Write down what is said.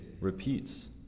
repeats